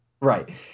Right